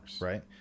Right